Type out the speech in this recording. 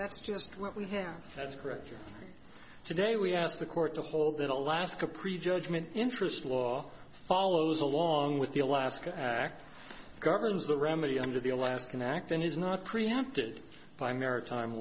that's just what we have that's correct today we asked the court to hold that alaska prejudgment interest law follows along with the alaska act governs the remedy under the alaskan act and is not preempted by maritime